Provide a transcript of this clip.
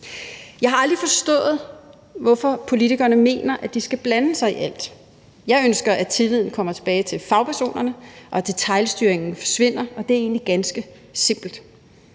Jeg har aldrig forstået, hvorfor politikerne mener, at de skal blande sig i alt. Jeg ønsker, at tilliden kommer tilbage til fagpersonerne og detailstyringen forsvinder, og det er egentlig ganske simpelt.